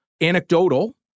anecdotal